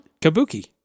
Kabuki